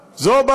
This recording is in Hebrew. שמה דגש על